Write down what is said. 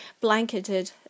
blanketed